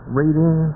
reading